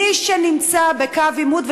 מי שנמצא בקו עימות,